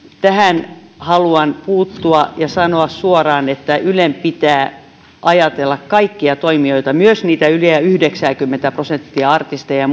tähän haluan puuttua ja sanoa suoraan että ylen pitää ajatella kaikkia toimijoita myös niitä yli yhdeksääkymmentä prosenttia artisteista ja